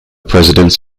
presidents